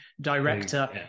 director